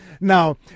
now